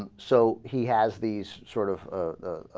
um so he has these sort of ah.